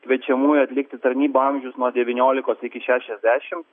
kviečiamųjų atlikti tarnybą amžius nuo devyniolikos iki šešiasdešim